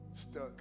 stuck